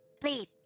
Please